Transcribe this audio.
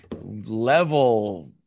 level